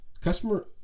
Customer